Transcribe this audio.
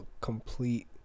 complete